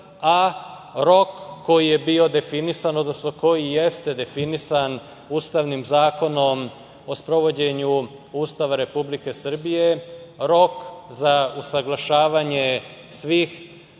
a rok koji je bio definisan, odnosno koji jeste definisan ustavnim Zakonom o sprovođenju Ustava Republike Srbije, rok za usaglašavanje svih